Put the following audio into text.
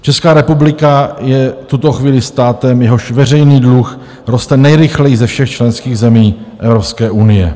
Česká republika je v tuto chvíli státem, jehož veřejný dluh roste nejrychleji ze všech členských zemí Evropské unie.